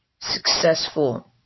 successful